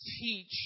teach